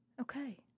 Okay